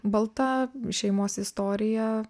balta šeimos istorija